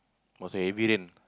was a heavy rain